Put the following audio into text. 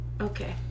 Okay